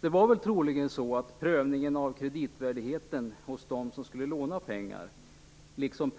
Det var troligen så att prövningen av kreditvärdigheten hos dem som skulle låna pengar liksom